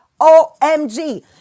omg